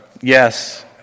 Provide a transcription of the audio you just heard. yes